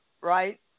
right